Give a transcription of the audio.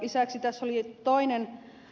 lisäksi tässä oli toinen ed